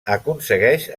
aconsegueix